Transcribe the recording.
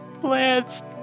plants